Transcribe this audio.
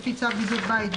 לפי צו בידוד בית,